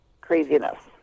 craziness